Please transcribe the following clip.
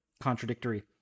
contradictory